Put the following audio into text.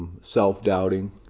self-doubting